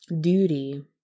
duty